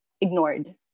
ignored